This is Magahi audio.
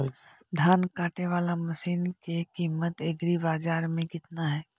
धान काटे बाला मशिन के किमत एग्रीबाजार मे कितना है?